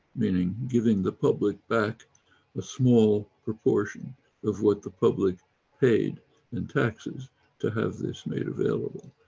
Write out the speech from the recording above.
meaning giving the public back a small proportion of what the public paid in taxes to have this made available.